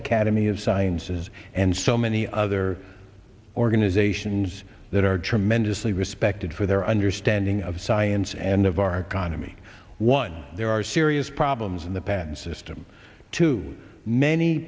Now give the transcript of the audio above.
academy of sciences and so many other organizations that are tremendously respected for their understanding of science and of our economy one there are serious problems in the patent system too many